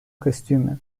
костюме